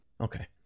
Okay